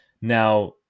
Now